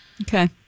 okay